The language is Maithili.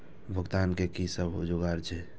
भुगतान के कि सब जुगार छे?